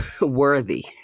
worthy